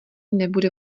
nebude